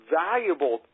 valuable